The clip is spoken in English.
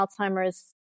Alzheimer's